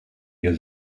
wir